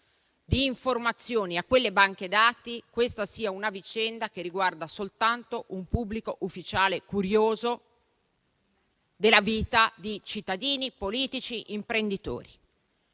ad informazioni di quelle banche dati, questa vicenda riguardi soltanto un pubblico ufficiale curioso della vita di cittadini, politici, imprenditori.